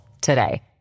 today